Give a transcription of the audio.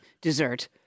dessert